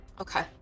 Okay